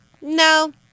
no